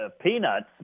peanuts